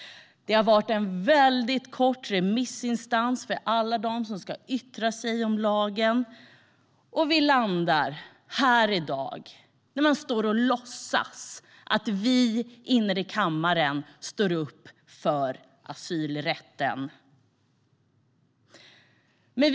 Det har varit en mycket kort remisstid för alla dem som skulle yttra sig om lagen. Vi landar här i dag, när man står och låtsas att vi i kammaren står upp för asylrätten.